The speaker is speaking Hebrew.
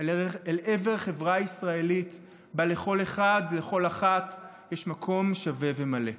אל עבר חברה ישראלית שבה לכל אחד ולכל אחת יש מקום שווה ומלא.